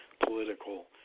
Political